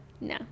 No